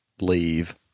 Leave